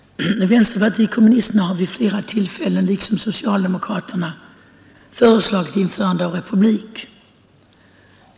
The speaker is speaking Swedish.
Vänsterpartiet kommunisterna har vid flera tillfällen liksom socialdemokraterna föreslagit införande av republik.